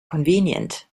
convenient